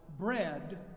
Bread